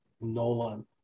Nolan